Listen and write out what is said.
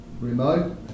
remote